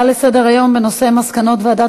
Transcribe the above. ההצעות לסדר-היום בנושא מסקנות ועדת